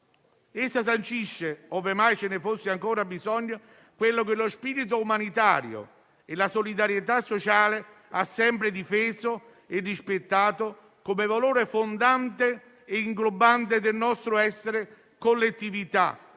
Essa sancisce, ove mai ce ne fosse ancora bisogno, quello che lo spirito umanitario e la solidarietà sociale hanno sempre difeso e rispettato come valore fondante e inglobante del nostro essere collettività